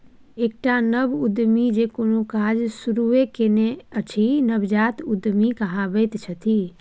एकटा नव उद्यमी जे कोनो काज शुरूए केने अछि नवजात उद्यमी कहाबैत छथि